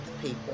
people